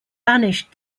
banished